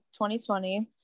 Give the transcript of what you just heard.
2020